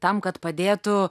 tam kad padėtų